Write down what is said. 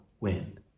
win